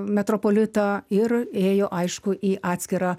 metropolitą ir ėjo aišku į atskirą